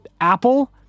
Apple